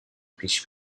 پیش